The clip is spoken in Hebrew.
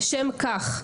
לשם כך,